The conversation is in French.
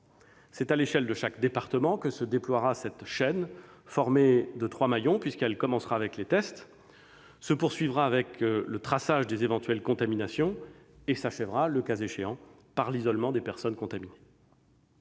C'est à l'échelle de chaque département que se déploiera cette chaîne formée de trois maillons, puisqu'elle commencera avec les tests, se poursuivra avec le traçage des éventuelles contaminations et s'achèvera, le cas échéant, par l'isolement des personnes contaminées.